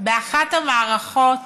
באחת המערכות